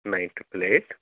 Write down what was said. nine triple eight